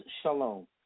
shalom